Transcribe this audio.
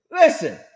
Listen